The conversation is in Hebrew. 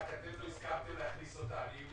ואתם אפילו הסכמתם להכניס --- רגע,